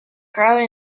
crowd